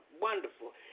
wonderful